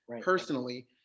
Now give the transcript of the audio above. personally